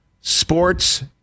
sports